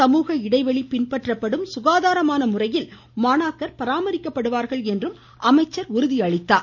சமூக இடைவெளி பின்பற்றப்படும் சுகாதாரமான முறையில் மாணாக்கர் பராமரிக்கப்படுவார்கள் என்றும் அமைச்சர் உறுதியளித்துள்ளார்